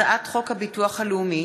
הצעת חוק הביטוח הלאומי